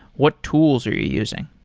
what tools are you using?